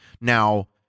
now